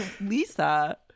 lisa